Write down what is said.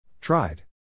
Tried